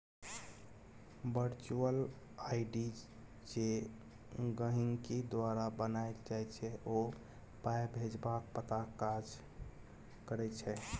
virtual ID जे गहिंकी द्वारा बनाएल जाइ छै ओ पाइ भेजबाक पताक काज करै छै